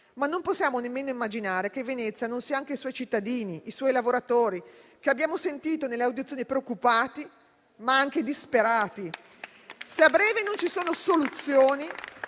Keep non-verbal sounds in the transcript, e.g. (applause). Non possiamo però nemmeno immaginare che Venezia non sia anche i suoi cittadini e i suoi lavoratori, che abbiamo sentito nelle audizioni preoccupati, ma anche disperati, (applause) se a breve non ci saranno soluzioni